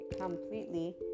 completely